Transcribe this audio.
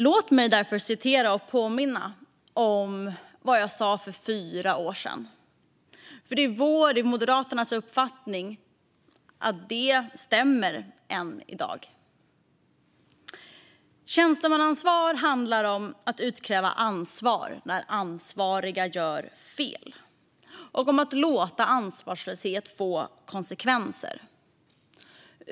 Låt mig påminna om vad jag sa för fyra år sedan. Det är Moderaternas uppfattning att det stämmer än i dag. Tjänstemannaansvar "handlar om att utkräva ansvar när ansvariga gör fel och om att låta ansvarslöshet få konsekvenser.